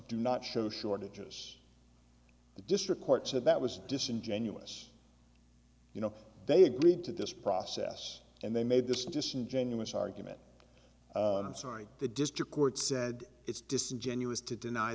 do not show shortages the district court said that was disingenuous you know they agreed to this process and they made this disingenuous argument i'm sorry the district court said it's disingenuous to deny